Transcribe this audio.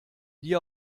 die